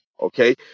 okay